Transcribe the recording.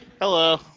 hello